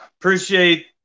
Appreciate